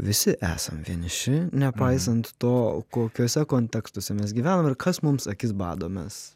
visi esam vieniši nepaisant to kokiuose kontekstuose mes gyvenam ir kas mums akis bado mes